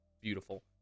beautiful